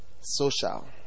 Social